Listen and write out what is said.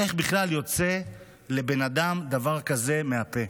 איך בכלל יוצא לבן אדם דבר כזה מהפה?